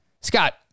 Scott